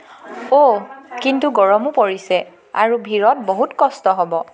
অঁ কিন্তু গৰমো পৰিছে আৰু ভিৰত বহুত কষ্ট হ'ব